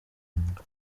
muganga